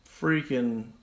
freaking